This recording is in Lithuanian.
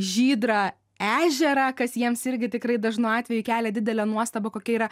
žydrą ežerą kas jiems irgi tikrai dažnu atveju kelia didelę nuostabą kokia yra